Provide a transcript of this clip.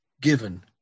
given